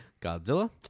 Godzilla